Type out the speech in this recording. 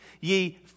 ye